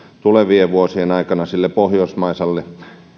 tulevien vuosien aikana sille pohjoismaiselle